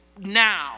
now